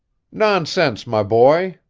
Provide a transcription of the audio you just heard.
nonsense, my boy,